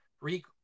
re